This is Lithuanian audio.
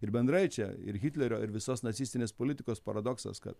ir bendrai čia ir hitlerio ir visos nacistinės politikos paradoksas kad